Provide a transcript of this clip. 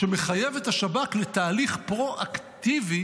שמחייב את השב"כ לתהליך פרו-אקטיבי